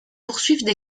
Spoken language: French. poursuivent